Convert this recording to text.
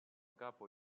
capo